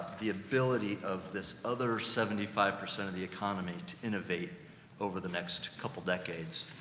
the ability of this other seventy five percent of the economy to innovate over the next couple decades.